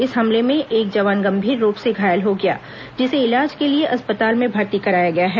इस हमले में एक जवान गंभीर रूप से घायल हो गया जिसे इलाज के लिए अस्पताल में भर्ती कराया गया है